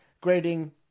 grading